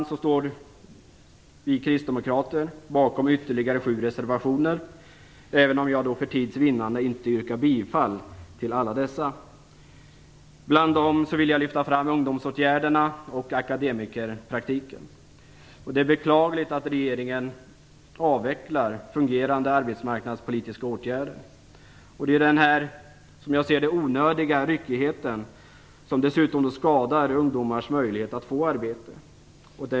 I övrigt står vi kristdemokrater bakom ytterligare sju reservationer, även om jag för tids vinnande inte yrkar bifall till dem alla. Bland reservationerna vill jag lyfta fram de som handlar om ungdomsåtgärderna och akademikerpraktiken. Det är beklagligt att regeringen avvecklar fungerande arbetsmarknadspolitiska åtgärder. Det är denna, som jag ser det, onödiga ryckighet som man måste ifrågasätta. Dessutom skadar den ungdomars möjlighet att få arbete.